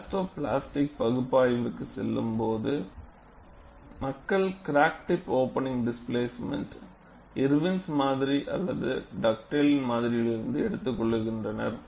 elasto plastic பகுப்பாய்விற்கு செல்லும்போது மக்கள் கிராக் டிப் ஓப்பனிங் டிஸ்பிளாஸ்ட்மென்ட்டை இர்வின்irwin's மாதிரி அல்லது டக்டேலின் மாதிரியிலிருந்து எடுத்துக் கொள்கின்றனர்